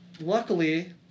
luckily